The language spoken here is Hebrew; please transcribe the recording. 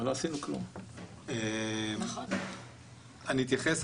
אני אתייחס,